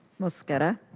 mosqueda.